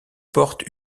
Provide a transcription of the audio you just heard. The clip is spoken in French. porte